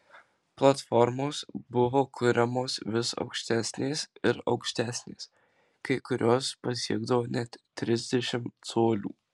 platformos buvo kuriamos vis aukštesnės ir aukštesnės kai kurios pasiekdavo net trisdešimt colių